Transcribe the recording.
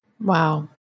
Wow